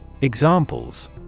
Examples